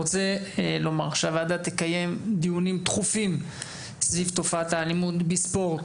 הוועדה תקיים דיונים דחופים סביב תופעת האלימות בספורט